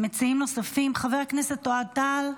חבר הכנסת אוהד טל,